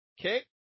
Okay